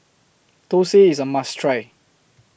Thosai IS A must Try